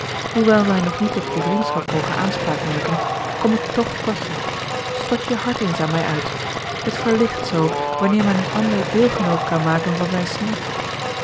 wij nog niet op je vriendschap mogen aanspraak maken kom ik toch tot je stort je hart eens aan mij uit het verligt zoo wanneer men een ander deelgenoot kan maken van zijne smart